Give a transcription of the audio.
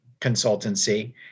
consultancy